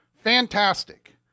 fantastic